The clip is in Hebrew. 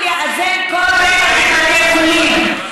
עלול לאזול כל רגע בבתי חולים,